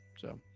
so,